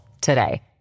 today